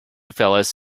fellas